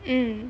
mm